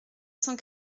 cent